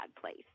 place